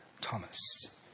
Thomas